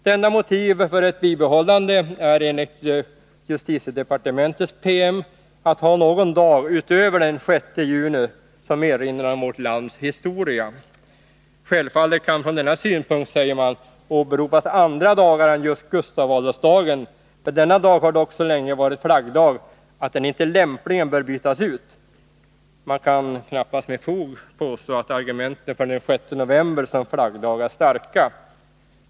Det enda motiv för ett bibehållande är enligt justitiedepartementets promemoria att ha någon dag förutom den 6 juni som erinrar om vårt lands historia. Självfallet kan från denna synpunkt, säger man, åberopas andra dagar än just Gustav Adolfsdagen, men denna dag har dock så länge varit flaggdag att den inte lämpligen bör bytas ut. Man kan knappast med fog påstå att argumenten för den 6 november som flaggdag är starka.